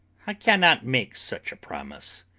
i cannot make such a promise.